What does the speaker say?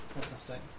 fantastic